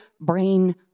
brain